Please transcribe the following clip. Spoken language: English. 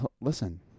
listen